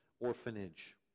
orphanage